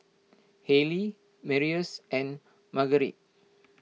Haleigh Marius and Marguerite